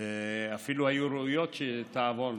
אפילו היה ראוי שתעבורנה.